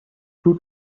two